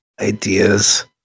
ideas